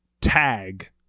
Tag